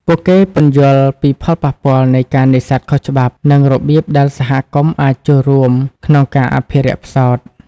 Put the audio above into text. ពួកគេពន្យល់ពីផលប៉ះពាល់នៃការនេសាទខុសច្បាប់ និងរបៀបដែលសហគមន៍អាចចូលរួមក្នុងការអភិរក្សផ្សោត។